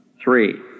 Three